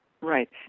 Right